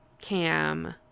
cam